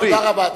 תודה רבה.